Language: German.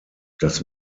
das